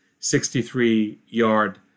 63-yard